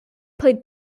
played